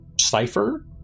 cipher